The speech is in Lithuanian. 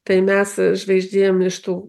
tai mes žvaigždėm iš tų